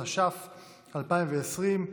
התש"ף 2020,